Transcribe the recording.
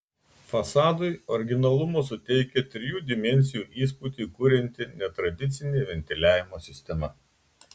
fasadui originalumo suteikia trijų dimensijų įspūdį kurianti netradicinė ventiliavimo sistema